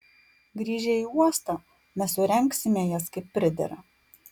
grįžę į uostą mes surengsime jas kaip pridera